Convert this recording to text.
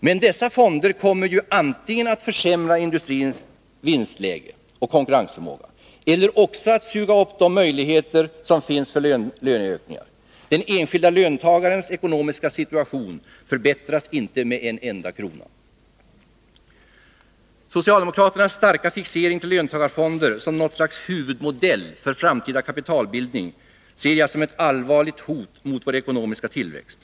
Men dessa fonder kommer ju antingen att försämra industrins vinstläge och konkurrensförmåga eller också att suga upp de möjligheter som finns för löneökningar. Den enskilde löntagarens ekonomiska situation förbättras inte med en enda krona. Socialdemokraternas starka fixering till löntagarfonder som något slags huvudmodell för framtida kapitalbildning ser jag som ett allvarligt hot mot Nr 92 vår ekonomiska tillväxt.